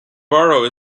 borough